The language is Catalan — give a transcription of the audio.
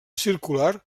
circular